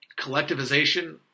collectivization